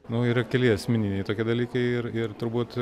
nu ir yra keli esminiai tokie dalykai ir ir turbūt